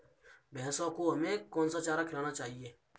भैंसों को हमें कौन सा चारा खिलाना चाहिए?